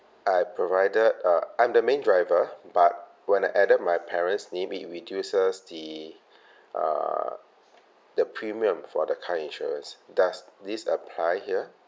I provided uh I'm the main driver but when I added my parents' name it reduces the uh the premium for the car insurance does this apply here